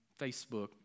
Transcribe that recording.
Facebook